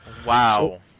Wow